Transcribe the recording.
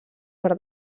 per